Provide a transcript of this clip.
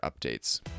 updates